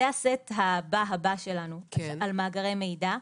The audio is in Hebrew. זה הסט הבא הבא שלנו על מאגרי מידע,